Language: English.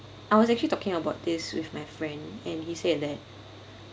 I was actually talking about this with my friend and he said that